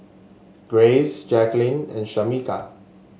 Grace Jacquelin and Shameka